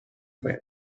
frame